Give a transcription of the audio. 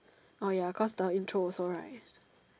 orh ya cause the intro also right